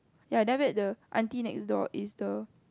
ya after that the aunty next door is the